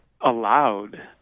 allowed